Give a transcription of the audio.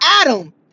Adam